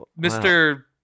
mr